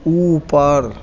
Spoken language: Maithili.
ऊपर